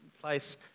place